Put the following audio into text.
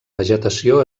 vegetació